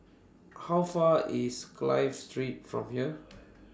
How Far IS Clive Street from here